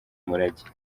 umurage